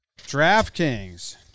DraftKings